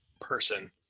person